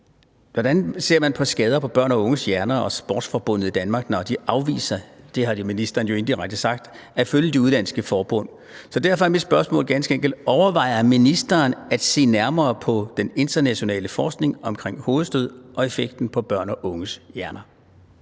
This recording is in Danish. Hvordan ser man på, at det kan skade børn og unges hjerner, og at sportsforbundet i Danmark afviser – det har ministeren jo indirekte sagt – at følge de udenlandske forbund? Så derfor er mit spørgsmål ganske enkelt: Overvejer ministeren at se nærmere på den internationale forskning omkring hovedstød og effekten på børn og unges hjerner?